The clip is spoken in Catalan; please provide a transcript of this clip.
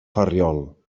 ferriol